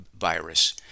virus